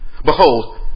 Behold